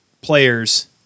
players